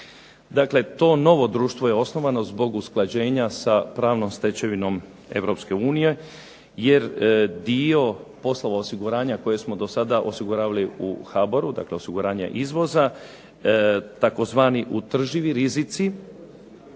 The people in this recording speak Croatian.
Dakle, to novo društvo je osnovano zbog usklađenja sa pravnom stečevinom Europske unije, jer dio poslova osiguranja koje smo do sada osiguravali u HBOR-u dakle osiguranje izvoza, tzv. utrživi rizici